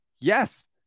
yes